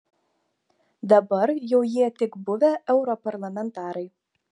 dabar jau jie tik buvę europarlamentarai